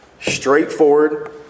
straightforward